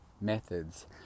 methods